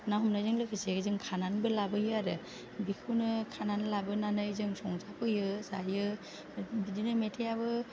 ना हमनायजों लोगोसे जों खानानैबो लाबोयो आरो बेखौनो खानानै लाबोनानै जों संजाफैयो जायो बिदिनो मेथाइयाबो